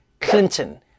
Clinton